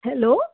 hello